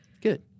Good